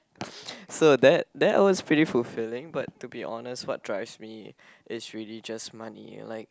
so that that was pretty fulfilling but to be honest what drives me is really just money like